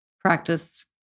practice